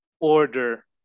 order